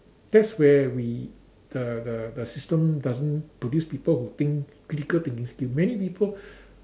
that's where we the the the system doesn't produce people who think critical thinking skill many people